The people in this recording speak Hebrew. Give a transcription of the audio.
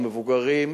המבוגרים,